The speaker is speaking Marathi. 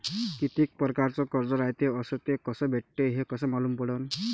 कितीक परकारचं कर्ज रायते अस ते कस भेटते, हे कस मालूम पडनं?